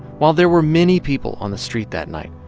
while there were many people on the street that night,